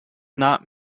not